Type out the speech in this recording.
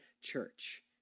church